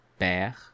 père